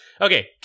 Okay